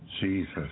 Jesus